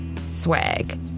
Swag